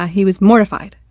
ah he was mortified.